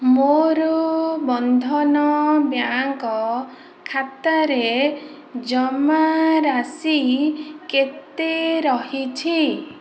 ମୋର ବନ୍ଧନ ବ୍ୟାଙ୍କ ଖାତାରେ ଜମାରାଶି କେତେ ରହିଛି